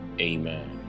Amen